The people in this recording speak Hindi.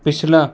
पिछला